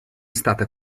stata